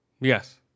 Yes